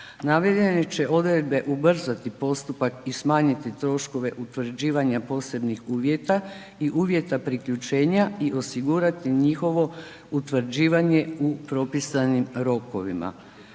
Navedene će odredbe ubrzati postupak i smanjiti troškove utvrđivanja posebnih uvjeta i uvjeta priključenja i osigurati njihovo utvrđivanje u propisanim rokovima.